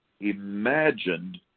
imagined